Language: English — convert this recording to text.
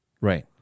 Right